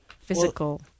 physical –